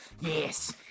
Yes